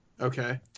Okay